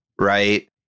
Right